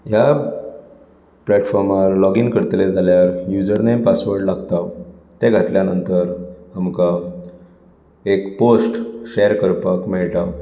ह्या प्लॅटफॉर्मार लॉगइन करतले जाल्यार युजर नेम पासवर्ड लागता ते घातल्या नंतर आमकां एक पोस्ट शेयर करपाक मेळटा